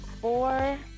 four